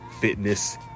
fitness